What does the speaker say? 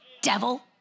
devil